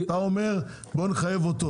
אתה מבקש לחייב את היבואן,